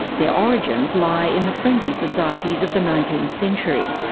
their origins lie in the friendly societies of the nineteenth century,